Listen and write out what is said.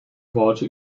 worte